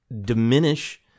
diminish